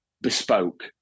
bespoke